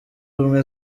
ubumwe